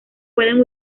pueden